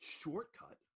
shortcut